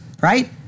right